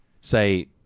say